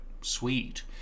sweet